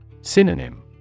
Synonym